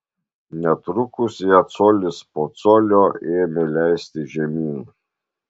netrukus ją colis po colio ėmė leisti žemyn